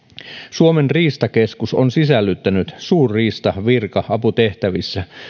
suomen riistakeskus on sisällyttänyt suurriistavirka aputehtävissä